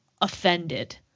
offended